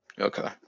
okay